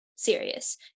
serious